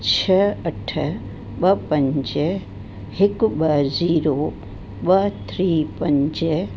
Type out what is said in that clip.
छ्ह अठ ॿ पंज हिकु ॿ जीरो ॿ थ्री पंज